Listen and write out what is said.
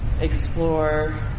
explore